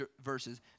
verses